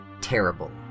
terrible